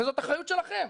וזאת אחריות שלכם.